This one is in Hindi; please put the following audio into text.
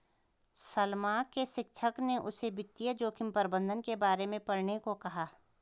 सलमा के शिक्षक ने उसे वित्तीय जोखिम प्रबंधन के बारे में पढ़ने को कहा